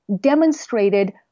demonstrated